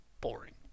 boring